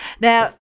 Now